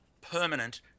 permanent